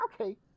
okay